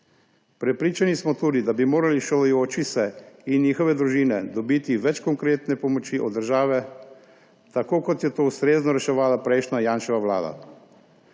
Prepričani smo tudi, da bi morali šolajoči se in njihove družine dobiti več konkretne pomoči od države, tako kot je to ustrezno reševala prejšnja Janševa vlada.